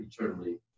eternally